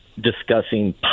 discussing